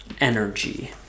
energy